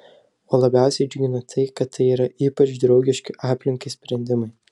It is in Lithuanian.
o labiausiai džiugina tai kad tai yra ypač draugiški aplinkai sprendimai